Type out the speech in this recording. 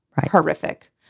horrific